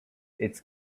it’s